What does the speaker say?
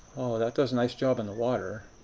oh, that does a nice job in the water.